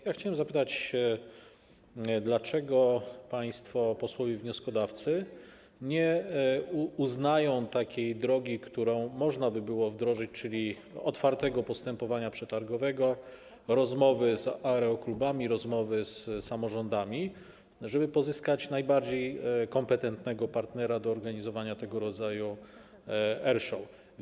Ja chciałem zapytać, dlaczego państwo posłowie wnioskodawcy nie uznają takiej drogi, którą można by było wdrożyć, czyli otwartego postępowania przetargowego, rozmowy z aeroklubami, rozmowy z samorządami, żeby pozyskać najbardziej kompetentnego partnera do organizowania tego rodzaju air show.